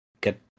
Get